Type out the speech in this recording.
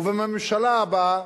ובממשלה הבאה,